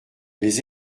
les